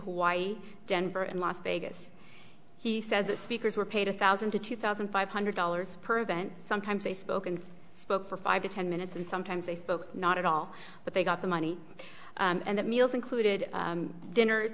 hawaii denver and las vegas he says that speakers were paid a thousand to two thousand five hundred dollars per bent sometimes they spoke and spoke for five or ten minutes and sometimes they spoke not at all but they got the money and at meals included dinners